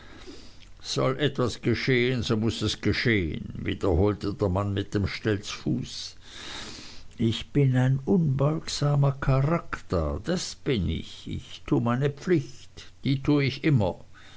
soll etwas geschehen so muß es geschehen wiederholte der mann mit dem stelzfuß ich bin ein unbeugsamer charakter das bin ich ich tue meine pflicht die tue ich immer